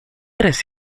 tres